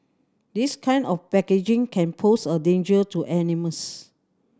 this kind of packaging can pose a danger to animals